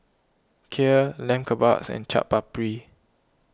Kheer Lamb Kebabs and Chaat Papri